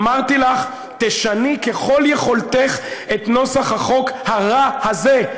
אמרתי לך: תשני ככל יכולתך את נוסח החוק הרע הזה,